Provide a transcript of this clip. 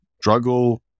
struggle